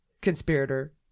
conspirator